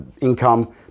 income